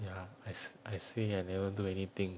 ya as I say I never do anything